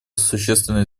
существенно